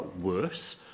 worse